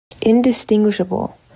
indistinguishable